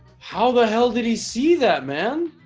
how the hell did he see that man